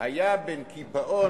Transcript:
היה בין קיפאון,